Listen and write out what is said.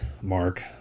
Mark